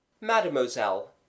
Mademoiselle